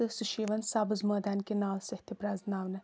تہٕ سُہ چھُ یِوان سبٕز مٲدان کہِ ناو سۭتۍ تہِ پرٛٮ۪زناونہٕ